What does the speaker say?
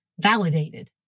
validated